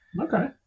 Okay